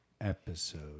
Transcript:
episode